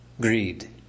Greed